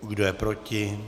Kdo je proti?